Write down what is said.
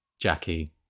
Jackie